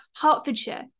Hertfordshire